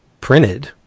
printed